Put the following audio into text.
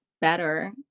better